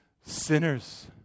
sinners